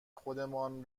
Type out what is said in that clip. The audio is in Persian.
خودمان